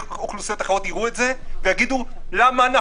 אוכלוסיות אחרות יראו את זה ויגידו: "למה אנחנו